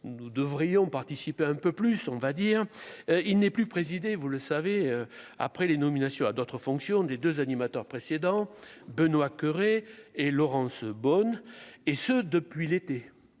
nous devrions participer un peu plus, on va dire : il n'est plus présidée, vous le savez, après les nominations à d'autres fonctions des 2 animateurs précédents Benoît Coeuré et Laurence Boone et ce depuis l'été,